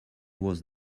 was